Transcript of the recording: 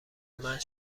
مند